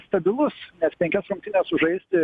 ir stabilus penkias rungtynes sužaisti